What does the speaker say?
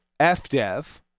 FDev